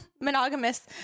monogamous